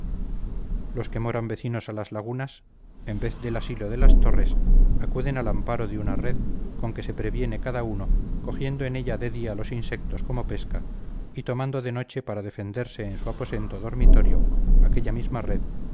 los que moran vecinos a las lagunas en vez del asilo de las torres acuden al amparo de una red con que se previene cada uno cogiendo en ella de día los insectos como pesca y tomando de noche para defenderse en su aposento dormitorio aquella misma red